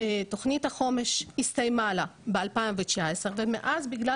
תכנית החומש הסתיימה לה ב-2019 ומאז בגלל